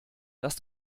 dass